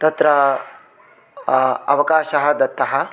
तत्र अवकाशः दत्तः